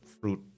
fruit